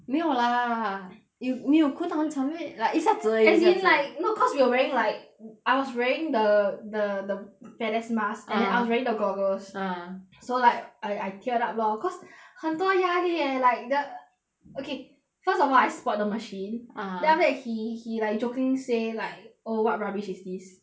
没有啦你你有哭当场 meh like 一下子而已一下子 as you in like no cause we were wearing like I was wearing the the the fat ass mask ah and then I was wearing the goggles ah so like I I teared up lor cause 很多压力 leh like th~ okay first of all I spot 的 machine ah then after that he he like joking say like oh what rubbish is this